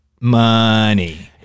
money